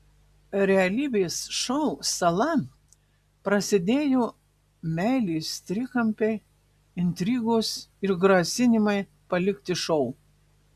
realybės šou sala prasidėjo meilės trikampiai intrigos ir grasinimai palikti šou